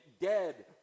dead